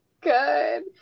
Good